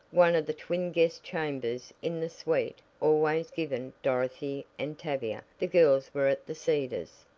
one of the twin guest chambers in the suite always given dorothy and tavia the girls were at the cedars.